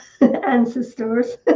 ancestors